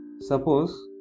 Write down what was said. suppose